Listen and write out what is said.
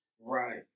Right